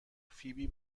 فیبی